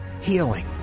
healing